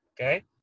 Okay